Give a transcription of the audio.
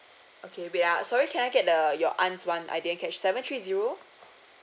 okay wait ah sorry can I get the uh your aunts one I didn't catch that seven three zero